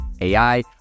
AI